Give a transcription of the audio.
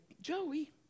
Joey